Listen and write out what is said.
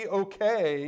okay